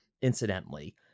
incidentally